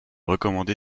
recommandé